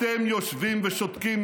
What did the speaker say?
אתם יושבים ושותקים,